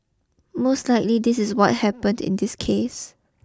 most likely this is what happened in this case